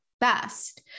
best